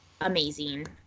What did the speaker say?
amazing